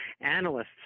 analysts